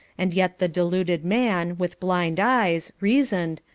and yet the deluded man, with blind eyes, reasoned,